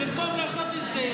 במקום לעשות את זה,